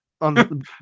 on